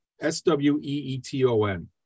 s-w-e-e-t-o-n